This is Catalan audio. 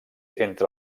entre